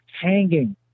hanging